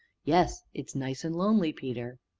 yes it's nice and lonely, peter.